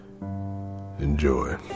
Enjoy